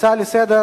הנושא הבא